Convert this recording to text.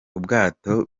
ubwato